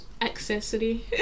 accessory